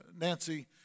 Nancy